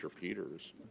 Peters